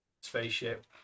spaceship